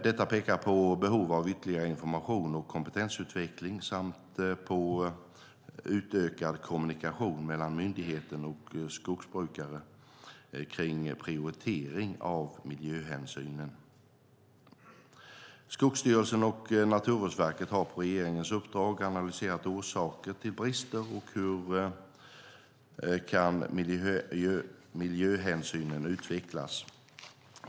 Detta pekar på behov av ytterligare information och kompetensutveckling samt på utökad kommunikation mellan myndighet och skogsbrukare kring prioritering av miljöhänsynen. Skogsstyrelsen och Naturvårdsverket har, på regeringens uppdrag, analyserat orsaker till brister och hur miljöhänsynen kan utvecklas.